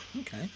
okay